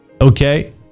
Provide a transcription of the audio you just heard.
Okay